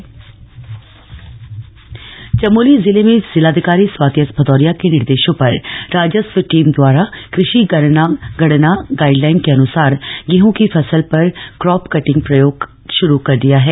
crop cutting Chamoli ज़िले में जिलाधिकारी स्वाति एस भदौरिया के निर्देशों पर राजस्व टीम द्वारा कृषि गणना गाइडलाइन के अनुसार गेहू की फसल पर क्रॉप कटिंग प्रयोग शुरू कर दिया है